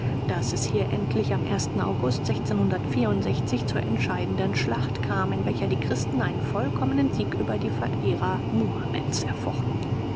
daß es hier endlich am august zur entscheidenden schlacht kam in welcher die christen einen vollkommenen sieg über die verehrer muhameds erfochten